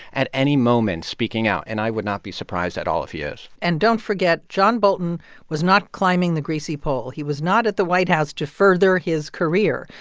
at any moment speaking out, and i would not be surprised at all if he is and don't forget, john bolton was not climbing the greasy pole. he was not at the white house to further his career.